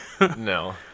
no